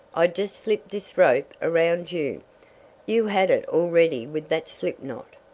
i just slip this rope around you you had it all ready with that slip knot,